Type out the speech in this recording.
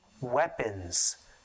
weapons